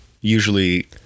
usually